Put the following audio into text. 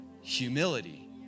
humility